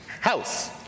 House